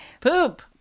Poop